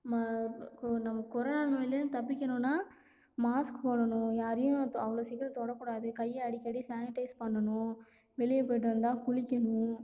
இப்போ நம்ம கொரோனா நோய்லேருந்து தப்பிக்கணும்னால் மாஸ்க் போடணும் யாரையும் தொ அவ்வளோ சீக்கிரம் தொடக்கூடாது கையை அடிக்கடி சானிட்டைஸ் பண்ணணும் வெளியே போய்ட்டு வந்தால் குளிக்கணும்